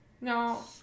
No